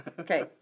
Okay